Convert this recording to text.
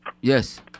yes